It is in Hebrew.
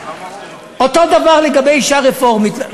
אותו דבר לגבי אישה רפורמית,